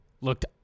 looked